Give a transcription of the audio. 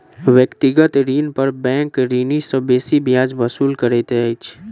व्यक्तिगत ऋण पर बैंक ऋणी सॅ बेसी ब्याज वसूल करैत अछि